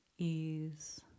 ease